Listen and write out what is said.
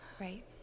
Right